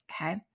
Okay